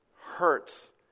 hurts